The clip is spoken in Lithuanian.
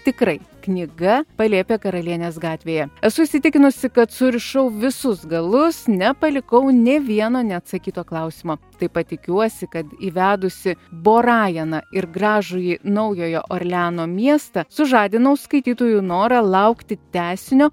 tikrai knyga palėpė karalienės gatvėje esu įsitikinusi kad surišau visus galus nepalikau nė vieno neatsakyto klausimo taip pat tikiuosi kad įvedusi borajaną ir gražųjį naujojo orleano miestą sužadinau skaitytojų norą laukti tęsinio